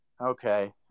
Okay